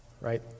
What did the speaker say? right